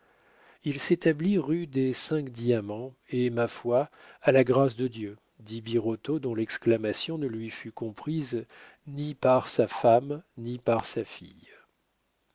il s'établit rue des cinq diamants et ma foi à la grâce de dieu dit birotteau dont l'exclamation ne fut comprise ni par sa femme ni par sa fille